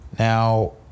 Now